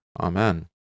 Amen